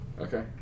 Okay